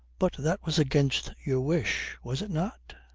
but that was against your wish, was it not?